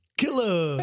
killer